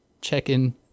check-in